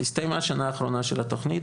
הסתיימה שנה אחרונה של התכנית,